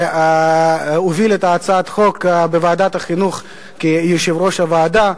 שהוביל את הצעת החוק בוועדת החינוך כיושב-ראש הוועדה.